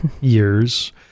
years